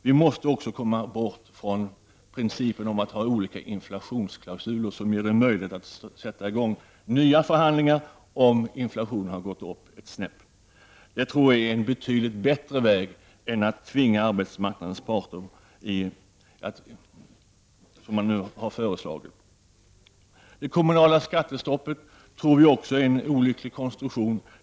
Vi måste också komma bort från principen att ha olika inflationsklausuler, som gör det möjligt att sätta i gång med nya förhandlingar om inflationen har gått upp ett snäpp. Det tror jag är betydligt mycket bättre än att tvinga arbetsmarknadens parter så som regeringen nu har föreslagit. Det kommunala skattestoppet tror vi också är olyckligt.